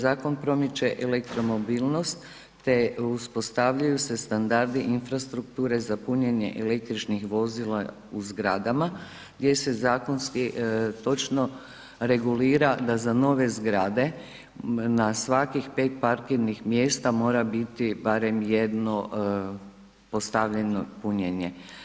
Zakon se promiče, zakon promiče elektromobilnost, te uspostavljaju se standardi infrastrukture za punjenje električnih vozila u zgradama gdje se zakonski točno regulira da za nove zgrade na svakih 5 parkirnih mjesta mora biti barem jedno postavljeno punjenje.